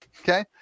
Okay